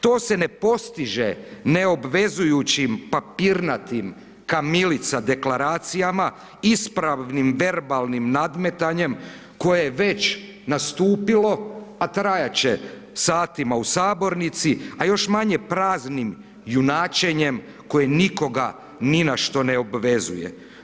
To se ne postiže neobvezujućim papirnatim kamilica deklaracija, ispravnim verbalnim nadmetanjem koje je već nastupilo a trajati će satima u sabornici a još manje praznim junačenjem koje nikoga ni na što ne obvezuje.